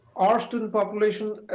our student population,